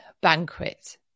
banquet